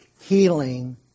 healing